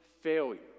failure